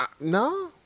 No